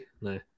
No